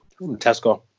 Tesco